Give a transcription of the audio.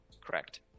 correct